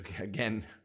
again